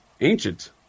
ancient